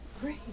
Great